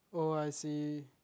oh I see